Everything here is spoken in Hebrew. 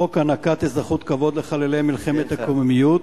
חוק הענקת אזרחות כבוד לחללי מלחמת הקוממיות,